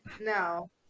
No